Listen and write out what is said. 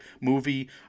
movie